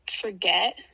forget